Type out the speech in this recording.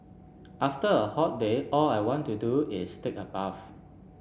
after a hot day all I want to do is take a bath